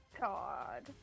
god